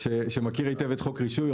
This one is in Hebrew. שמכיר היטב את חוק רישוי.